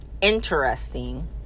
interesting